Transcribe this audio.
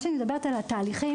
לגבי התהליכים